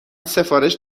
سفارش